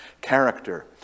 character